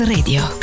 Radio